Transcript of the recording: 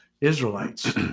Israelites